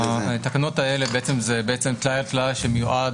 התקנות האלה בעצם זה בעצם טלאי על טלאי שמיועד